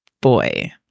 boy